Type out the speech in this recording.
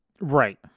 Right